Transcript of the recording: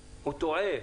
הוא טועה,